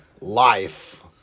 Life